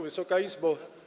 Wysoka Izbo!